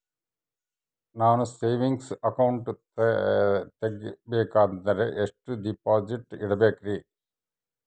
ನಾನು saving account ತೆಗಿಬೇಕಂದರ ಎಷ್ಟು ಡಿಪಾಸಿಟ್ ಇಡಬೇಕ್ರಿ?